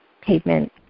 pavement